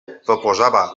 proposava